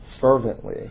fervently